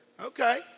Okay